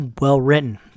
well-written